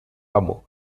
amo